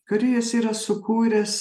kūrėjas yra sukūręs